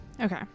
Okay